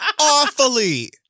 awfully